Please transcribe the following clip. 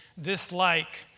dislike